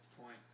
point